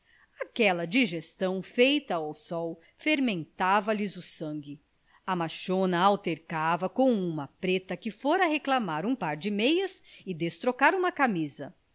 aquela digestão feita ao sol fermentava lhes o sangue a machona altercava com uma preta que fora reclamar um par de meias e destrocar uma camisa